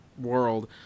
world